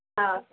हाँ